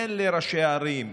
תן לראשי הערים.